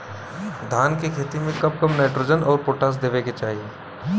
धान के खेती मे कब कब नाइट्रोजन अउर पोटाश देवे के चाही?